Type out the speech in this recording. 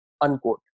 unquote